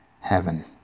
heaven